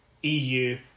EU